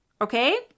okay